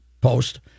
post